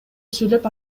сүйлөп